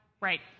right